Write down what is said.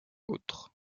autres